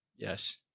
yes.